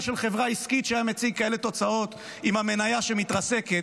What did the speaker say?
של חברה עסקית שהיה מציג כאלה תוצאות עם המניה שמתרסקת,